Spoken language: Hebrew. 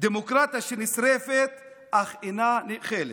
דמוקרטיה שנשרפת אך אינה נאכלת.